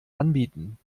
anbieten